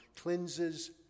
cleanses